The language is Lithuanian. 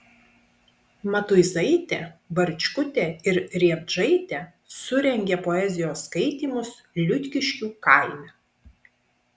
matuizaitė barčkutė ir riebždaitė surengė poezijos skaitymus liutkiškių kaime